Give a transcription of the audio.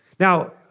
Now